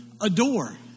adore